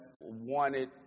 wanted